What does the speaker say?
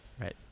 Right